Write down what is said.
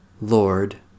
Lord